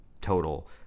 total